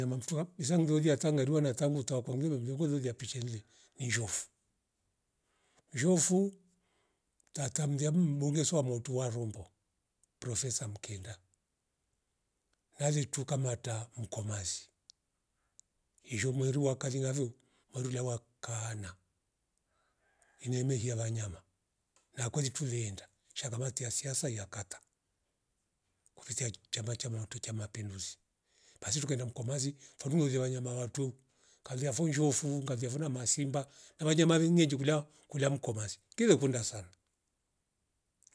Iza nyama mftwa izangeuli hata ngarua natavu taoku pishe nle ni shwafu, zshofu tata mria m- mbunge swamo tuwa rombo profesa mkenda na litukamata mkomazi izho mweru wa kali ngavyo mwerule wa kaana inyemehia vanyama na kweli tulienda shakamatia siasa ya kata kupitia chama chamutu cha mapinduzi tukaenda mkomazi furulu meziwe wanyama wato kazi ya fonzshofu ngalia funa masimba na wanyama vengi chungula kula mkomazi kile kunda sana